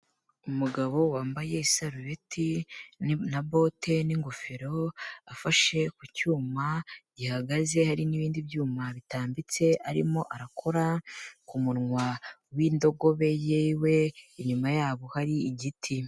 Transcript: Umugabo wambaye isarubeti na bote n'ingofero, afashe ku cyuma gihagaze hari n'ibindi byuma bitambitse, arimo arakora ku munwa w'indogobe yiwe inyuma yabo hari igiti.